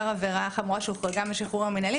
עבירה חמורה שהוחרגה מהשחרור המנהלי,